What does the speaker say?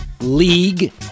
League